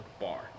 bar